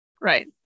Right